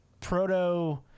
proto